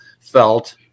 felt